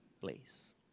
place